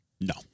No